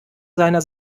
seiner